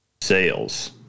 sales